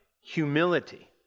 humility